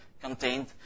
contained